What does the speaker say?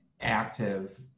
active